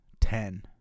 Ten